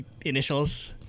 Initials